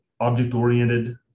object-oriented